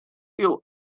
più